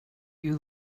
you